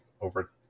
Over